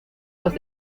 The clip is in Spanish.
los